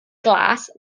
glas